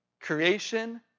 creation